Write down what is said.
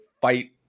fight